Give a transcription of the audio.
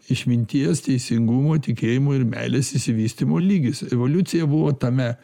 išminties teisingumo tikėjimo ir meilės išsivystymo lygis evoliucija buvo tame